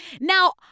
Now